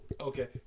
Okay